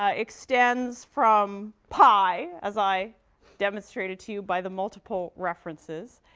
ah extends from pie, as i demonstrated to you by the multiple references,